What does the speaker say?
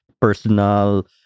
personal